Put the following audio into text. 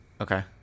Okay